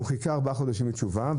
הוא חיכה ארבעה חודשים לתשובה,